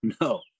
No